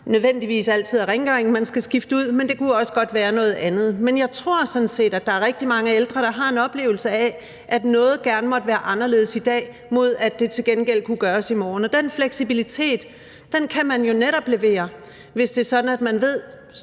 nødvendigvis altid er rengøringen, man skal skifte ud, det kunne også godt være noget andet. Men jeg tror sådan set, at der er rigtig mange ældre, der har en oplevelse af, at noget gerne måtte være anderledes i dag, mod at det til gengæld kunne gøres i morgen, og den fleksibilitet kan man jo netop levere, hvis det er sådan, at man ved